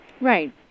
Right